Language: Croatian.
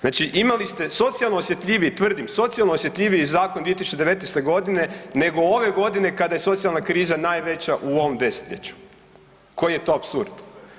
Znači, imali ste socijalno osjetljiviji, tvrdim, socijalno osjetljivi zakon 2019.g. nego ove godine kada je socijalna kriza najveća u ovom desetljeću, koji je to apsurd.